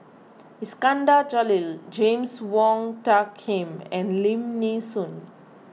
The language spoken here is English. Iskandar Jalil James Wong Tuck Yim and Lim Nee Soon